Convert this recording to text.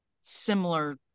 similar